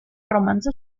romanzo